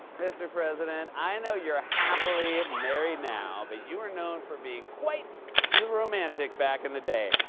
mr. president, i know you're happily married now, but you were known for being quite the romantic back in the day.